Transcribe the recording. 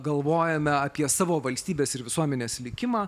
galvojame apie savo valstybės ir visuomenės likimą